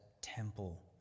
temple